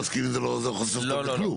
מבקשת לומר שהטענה של נציג האוצר היא טענה